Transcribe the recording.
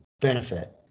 benefit